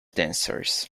dancers